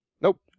Nope